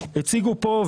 הציגו פה,